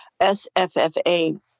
SFFA